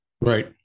Right